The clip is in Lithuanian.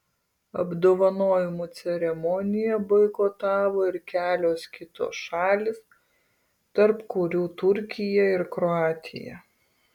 apdovanojimų ceremoniją boikotavo ir kelios kitos šalys tarp kurių turkija ir kroatija